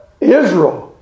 Israel